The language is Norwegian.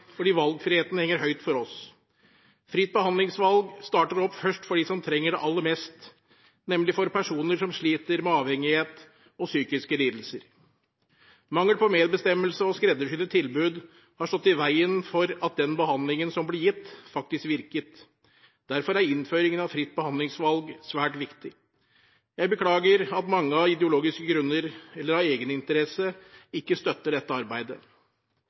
fordi valgfriheten henger høyt for oss. Fritt behandlingsvalg starter opp først for dem som trenger det aller mest, nemlig for personer som sliter med avhengighet og psykiske lidelser. Mangel på medbestemmelse og skreddersydde tilbud har stått i veien for at den behandlingen som ble gitt, faktisk virket. Derfor er innføringen av fritt behandlingsvalg svært viktig. Jeg beklager at mange av ideologiske grunner, eller av egeninteresse, ikke støtter dette arbeidet.